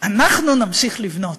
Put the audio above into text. אנחנו נמשיך לבנות.